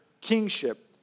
kingship